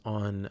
on